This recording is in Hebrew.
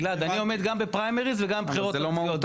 אני עומד גם בפריימריז וגם בבחירות הכלליות,